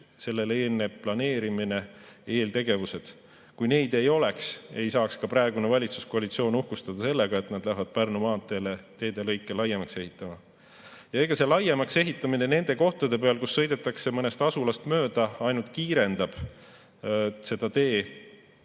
sellele eelneb planeerimine, eelnevad eeltegevused. Kui neid ei oleks, ei saaks ka praegune valitsuskoalitsioon uhkustada sellega, et nad lähevad Pärnu maanteele teelõike laiemaks ehitama. Ja see laiemaks ehitamine nende kohtade peal, kus sõidetakse mõnest asulast mööda, ainult kiirendab seda tee